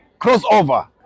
crossover